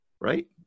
right